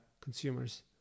consumers